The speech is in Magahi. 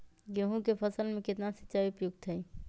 गेंहू के फसल में केतना सिंचाई उपयुक्त हाइ?